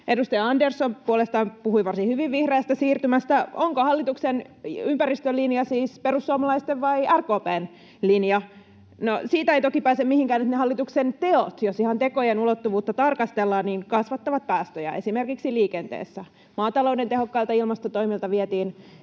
Edustaja Andersson puolestaan puhui varsin hyvin vihreästä siirtymästä. Onko hallituksen ympäristölinja siis perussuomalaisten vai RKP:n linja? No, siitä ei toki pääse mihinkään, että ne hallituksen teot — jos ihan tekojen ulottuvuutta tarkastellaan — kasvattavat päästöjä esimerkiksi liikenteessä. Maatalouden tehokkailta ilmastotoimilta vietiin